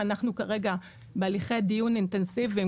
אנחנו כרגע בהליכי דיון אינטנסיביים,